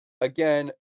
again